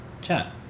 chat